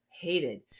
hated